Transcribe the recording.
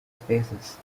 spaces